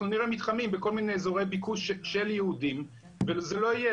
אנחנו נראה מתחמים בכל מיני אזורי ביקוש של יהודים וזה לא יהיה,